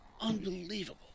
Unbelievable